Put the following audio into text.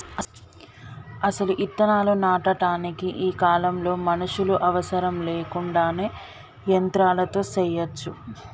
అసలు ఇత్తనాలు నాటటానికి ఈ కాలంలో మనుషులు అవసరం లేకుండానే యంత్రాలతో సెయ్యచ్చు